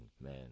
man